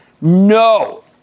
No